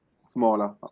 smaller